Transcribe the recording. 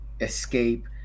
escape